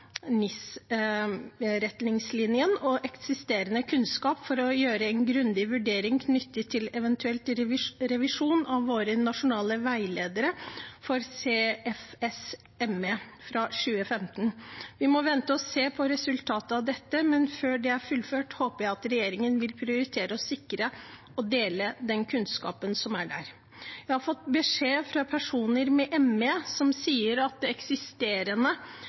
og eksisterende kunnskap for å gjøre en grundig vurdering knyttet til eventuell revisjon av våre nasjonale veiledere for CFS/ME, fra 2015. Vi må vente og se på resultatet av dette, men før det er fullført, håper jeg at regjeringen vil prioritere å sikre og dele den kunnskapen som er der. Jeg har fått beskjed fra personer med ME om at det eksisterende